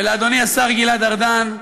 ולאדוני השר גלעד ארדן,